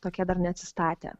tokie dar neatsistatę